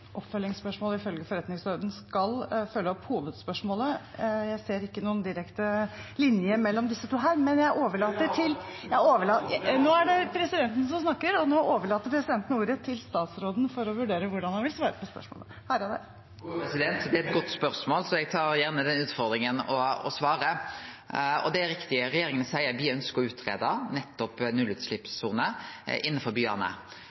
oppfølgingsspørsmål ifølge forretningsordenen skal følge opp hovedspørsmålet. Presidenten ser ikke noen direkte linje mellom disse to, men overlater ordet til statsråden for å vurdere hvordan han vil svare på spørsmålet. Det er eit godt spørsmål, så eg tar gjerne utfordringa og svarar. Det er riktig at regjeringa seier at me ønskjer å greie ut nullutsleppssoner innanfor byane.